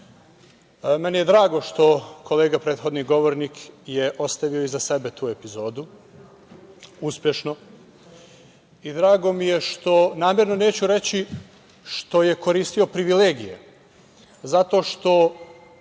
je drago što kolega prethodni govornik je ostavio iza sebe tu epizodu uspešno i drago mi je što… Namerno neću reći što je koristio privilegije, zato što